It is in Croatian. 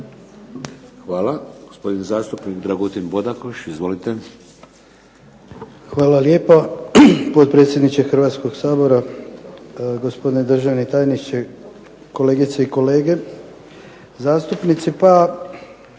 (HDZ)** Hvala. Gospodin zastupnik Dragutin Bodakoš. Izvolite. **Bodakoš, Dragutin (SDP)** Hvala lijepo. Potpredsjedniče Hrvatskog sabora, gospodine državni tajniče, kolegice i kolege, zastupnici.